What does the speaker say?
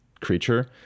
creature